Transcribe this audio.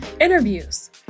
Interviews